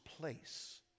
place